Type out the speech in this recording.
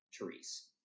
Therese